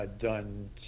done